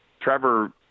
Trevor